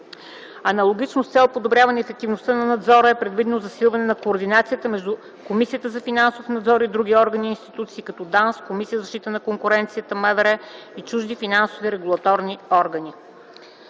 Аналогично, с цел подобряване ефективността на надзора, е предвидено засилване на координацията между Комисията за финансов надзор и други органи и институции като ДАНС, Комисията за защита на конкуренцията, МВР и чужди финансови регулаторни органи.